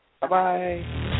Bye-bye